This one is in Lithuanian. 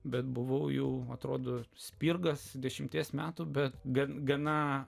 bet buvo jau atrodo spirgas dešimties metų bet gal gana